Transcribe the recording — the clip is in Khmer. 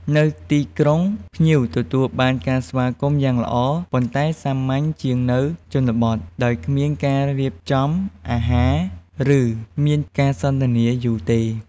នៅទីក្រុង ភ្ញៀវទទួលបានការស្វាគមន៍យ៉ាងល្អ ប៉ុន្តែសាមញ្ញជាងនៅជនបទ ដោយគ្មានការរៀបចំអាហារ ឬមានការសន្ទនាយូរទេ។